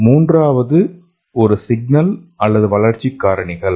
மூன்றாவது சிக்னல்கள் அல்லது வளர்ச்சி காரணிகள்